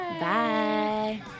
bye